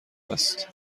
است